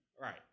Right